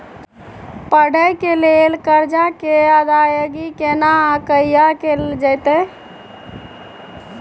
पढै के लिए लेल कर्जा के अदायगी केना आ कहिया कैल जेतै?